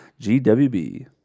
GWB